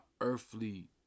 earthly